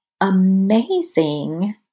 amazing